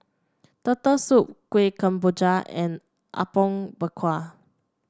Turtle Soup Kueh Kemboja and Apom Berkuah